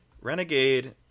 Renegade